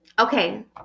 Okay